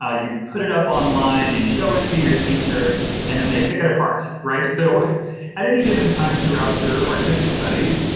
ah you put it up online, you show it to your teacher and then they pick it apart. right? so at any given time throughout your artistic studies,